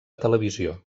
televisió